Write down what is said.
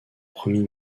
premier